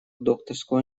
докторской